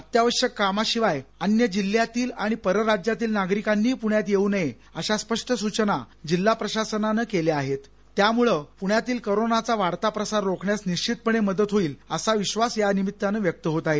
अत्यावश्यक कामाशिवाय अन्य जिल्ह्यातील आणि परराज्यातील नागरिकांनीही पुण्यात येऊ नये अशा स्पष्ट सूचना जिल्हा प्रशासनानं केल्या आहेत त्यामुळं पुण्यातील करोनाचा वाढता प्रसार रोखण्यास निश्वितपणे मदत होईल असा विश्वास यानिमित्तानं व्यक्त होत आहे